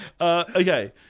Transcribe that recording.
okay